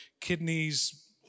kidneys